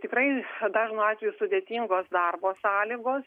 tikrai dažnu atveju sudėtingos darbo sąlygos